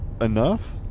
enough